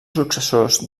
successors